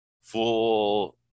full